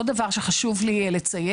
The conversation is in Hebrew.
עוד דבר שחשוב לי לציין.